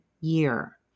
year